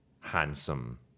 handsome